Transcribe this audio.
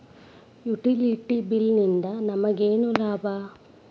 Utility bill ನಿಂದ್ ನಮಗೇನ ಲಾಭಾ?